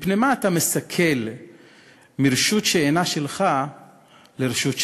מפני מה אתה מסקל מרשות שאינה שלך לרשות שלך?